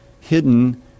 hidden